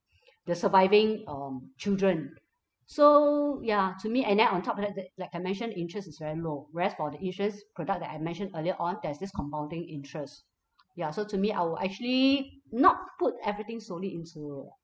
the surviving um children so ya to me and then on top of that the like I mentioned interest is very low whereas for the insurance product that I mentioned earlier on there's this compounding interest ya so to me I will actually not put everything solely into